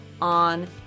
on